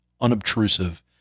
unobtrusive